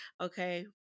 okay